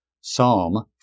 Psalm